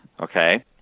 okay